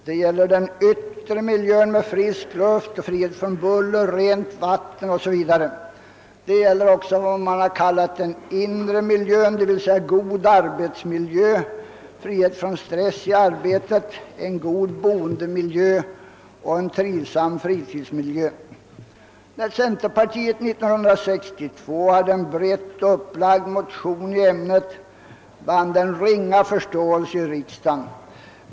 Det gäller den yttre miljön med frisk luft, frihet från buller, rent vatten o. s. v. Det gäller också vad man kallar den inre miljön, d.v.s. en god arbetsmiljö, frihet från stress i arbetet, en god boendemiljö och en trivsam fritidsmiljö. När centerpartiet år 1962 väckte en brett upplagd motion i detta ämne, vann denna ringa förståelse i riksdagen.